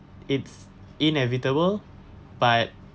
it's inevitable but